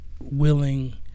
willing